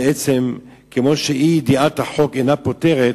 בעצם, כמו שאי-ידיעת החוק אינה פוטרת,